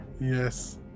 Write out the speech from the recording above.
Yes